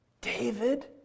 David